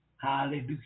Hallelujah